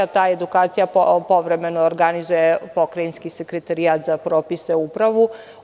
Ta edukacija povremeno organizuje pokrajinski sekretarijat za propise upravu.